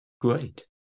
Great